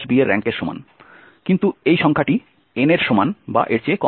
b এর র্যাঙ্কের সমান কিন্তু এই সংখ্যাটি n এর সমান বা এর চেয়ে কম